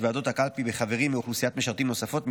ועדות הקלפי בחברים מאוכלוסיית משרתים נוספות,